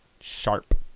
sharp